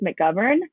McGovern